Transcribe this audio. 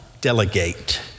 delegate